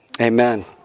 Amen